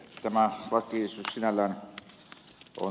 tämä lakiesitys sinällään on hyvä